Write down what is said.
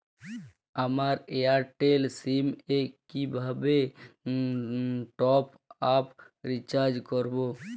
আমার এয়ারটেল সিম এ কিভাবে টপ আপ রিচার্জ করবো?